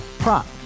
Prop